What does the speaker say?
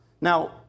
Now